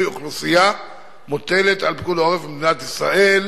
אוכלוסייה מוטלת על פיקוד העורף במדינת ישראל,